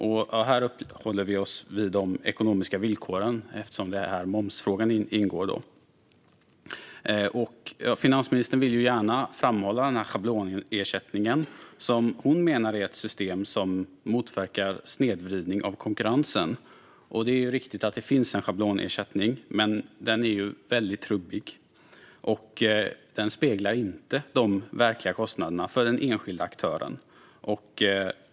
Nu uppehåller vi oss vid de ekonomiska villkoren eftersom det är där momsfrågan ingår. Finansministern vill gärna framhålla schablonersättningen, som hon menar är ett system som motverkar snedvridning av konkurrens. Det är riktigt att det finns en schablonersättning, men det är ett trubbigt verktyg som inte speglar de verkliga kostnaderna för den enskilda aktören.